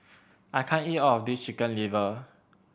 I can't eat all of this Chicken Liver